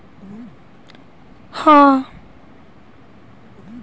किसी भी देश का आर्थिक विकास उत्पादकता पर निर्भर करता हैं